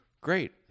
great